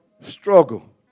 struggle